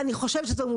ואני אומרת כך,